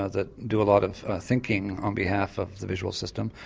ah that do a lot of thinking on behalf of the visual system,